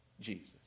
Jesus